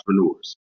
entrepreneurs